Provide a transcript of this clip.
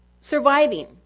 surviving